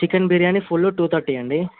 chicken biryani full two thirty అండి